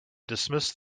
dismiss